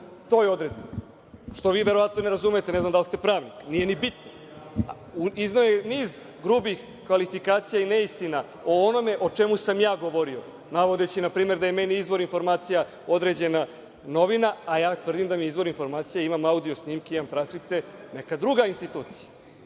toj odrednici, što vi verovatno ne razumete, ne znam da li ste pravnik, nije ni bitno. Izdaje niz grubih kvalifikacija i neistina o onome o čemu sam ja govorio, navodeći npr. da je meni izvor informacija određena novina, a ja tvrdim da mi je izvor informacija, imam audio snimke, imam transkripte, neka druga institucija. Molim